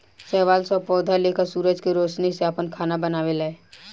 शैवाल सब पौधा लेखा सूरज के रौशनी से आपन खाना बनावेला